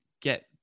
get